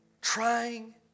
Trying